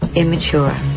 immature